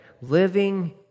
Living